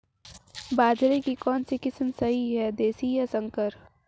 बाजरे की कौनसी किस्म सही हैं देशी या संकर?